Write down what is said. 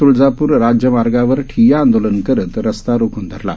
त्ळजापूरराज्यमार्गावरठिय्याआंदोलनकरतरस्तारोखूनधरला